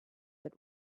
that